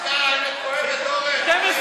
האמת כואבת, אורן.